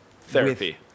therapy